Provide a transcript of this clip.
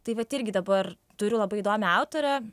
tai vat irgi dabar turiu labai įdomią autorę